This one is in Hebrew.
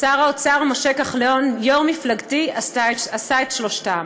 שר האוצר משה כחלון, יו"ר מפלגתי, עשה את שלושתם.